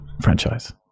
franchise